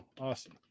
awesome